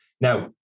now